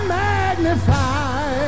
magnify